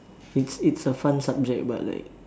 it's it's a fun subject but like